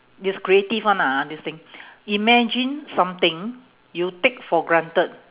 it's creative one lah ah this thing imagine something you take for granted